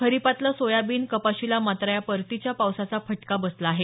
खरीपातलं soybean कपाशीला मात्र या परतीच्या पावसाचा फटका बसला आहे